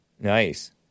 Nice